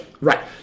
Right